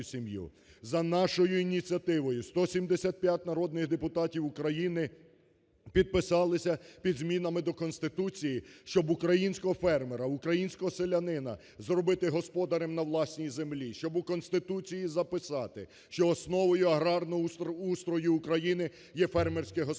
За нашою ініціативою, 175 народних депутатів України підписалися під змінами до Конституції, щоб українського фермера, українського селянина зробити господарем на власній землі, щоб у Конституції записати, що основою аграрного устрою України є фермерське господарство,